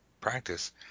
practice